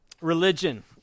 religion